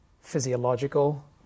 physiological